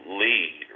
lead